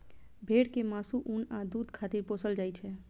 भेड़ कें मासु, ऊन आ दूध खातिर पोसल जाइ छै